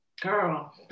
girl